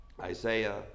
Isaiah